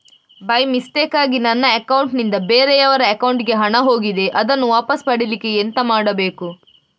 By ಮಿಸ್ಟೇಕಾಗಿ ನನ್ನ account ನಿಂದ ಬೇರೆಯವರ ಅಕೌಂಟ್ ಗೆ ಹಣ ಹೋಗಿದೆ ಅದನ್ನು ವಾಪಸ್ ಪಡಿಲಿಕ್ಕೆ ಎಂತ ಮಾಡಬೇಕು?